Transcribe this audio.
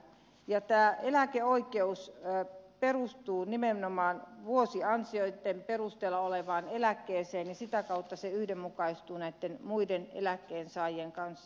tämä eläkeoikeus perustuu nimenomaan vuosiansioitten perusteella olevaan eläkkeeseen ja sitä kautta se yhdenmukaistuu näitten muiden eläkkeensaajien kanssa